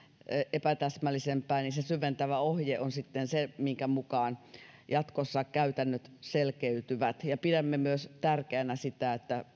epätäsmällisempää niin se syventävä ohje on sitten se minkä mukaan jatkossa käytännöt selkeytyvät pidämme myös tärkeänä sitä että